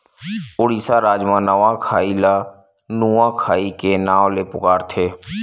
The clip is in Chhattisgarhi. उड़ीसा राज म नवाखाई ल नुआखाई के नाव ले पुकारथे